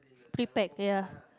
pre packed ya